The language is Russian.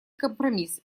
компромисс